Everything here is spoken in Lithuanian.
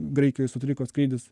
graikijoj sutriko skrydis